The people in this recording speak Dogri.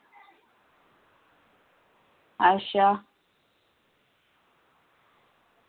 अच्छा